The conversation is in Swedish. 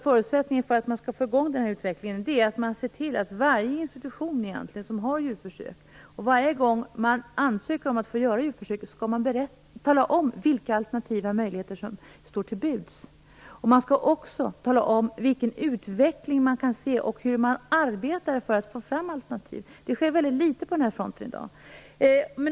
Förutsättningen för att man skall få igång utvecklingen är att man ser till att varje institution som har djurförsök varje gång de ansöker om att få göra djurförsök skall tala om vilka alternativa möjligheter som står till buds. De skall också tala om vilken utveckling de kan se och hur de arbetar för att få fram alternativ. Det sker väldigt litet på den fronten i dag.